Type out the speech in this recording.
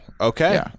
okay